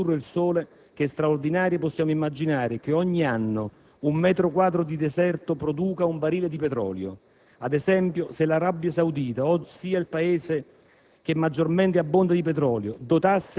Per rappresentare la quantità di energia che può produrre il sole, che è straordinaria, possiamo immaginare che ogni anno un metro quadro di deserto produca un barile di petrolio. Ad esempio, se l'Arabia Saudita, ossia il Paese